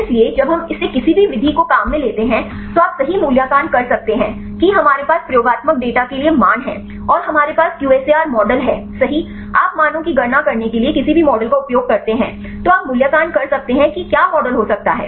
इसलिए जब हम इसे किसी भी विधि को काम मै लेते हैं तो आप सही मूल्यांकन कर सकते हैं कि हमारे पास प्रयोगात्मक डेटा के लिए मान हैं और हमारे पास QSAR मॉडल है सही आप मानों की गणना करने के लिए किसी भी मॉडल का उपयोग करते हैं तो आप मूल्यांकन कर सकते हैं कि क्या मॉडल हो सकता है